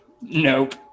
nope